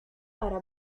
para